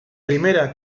primera